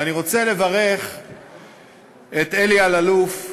ואני רוצה לברך את אלי אלאלוף,